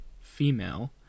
female